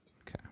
Okay